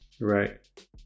Right